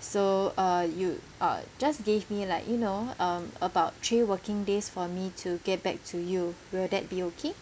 so uh you uh just give me like you know um about three working days for me to get back to you will that be okay